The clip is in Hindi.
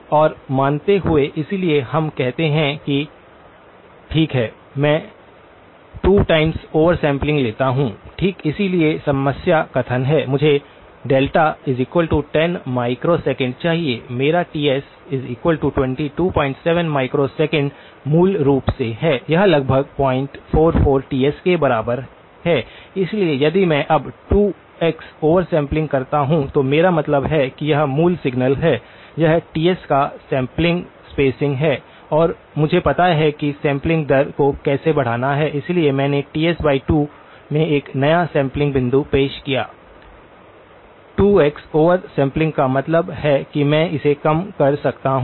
और मानते हुए इसलिए हम कहते हैं कि ठीक है मैं 2 टाइम्स ओवर सैंपलिंग लेता हूँ ठीक इसलिए समस्या कथन है मुझे 10μs चाहिए मेरा TS227μs मूल रूप से है यह लगभग 044 Ts के बराबर है इसलिए यदि मैं अब 2x ओवर सैंपलिंग करता हूं तो मेरा मतलब है कि यह मूल सिग्नल है यह Ts का सैंपलिंग स्पेसिंग है और मुझे पता है कि सैंपलिंग दर को कैसे बढ़ाना है इसलिए मैंने Ts 2 में एक नया सैंपलिंग बिंदु पेश किया 2x ओवर सैंपलिंग का मतलब है कि मैं इसे कम कर सकता हूं